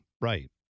right